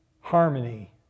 harmony